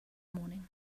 morning